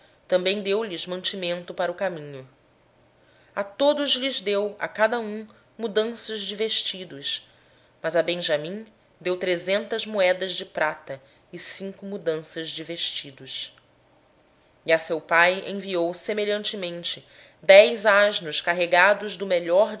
também provisão para o caminho a todos eles deu a cada um mudas de roupa mas a benjamim deu trezentas peças de prata e cinco mudas de roupa e a seu pai enviou o seguinte dez jumentos carregados do melhor